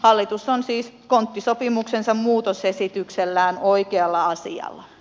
hallitus on siis konttisopimuksen muutosesityksellään oikealla asialla